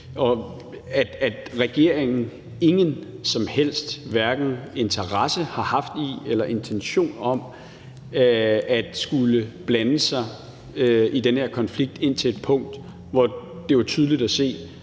at regeringen ikke har haft nogen som helst interesse i eller intention om at skulle blande sig i den her konflikt indtil et punkt, hvor det var tydeligt at se,